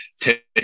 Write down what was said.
Take